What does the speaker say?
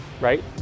right